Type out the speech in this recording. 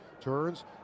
Turns